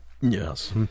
Yes